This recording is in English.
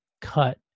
cut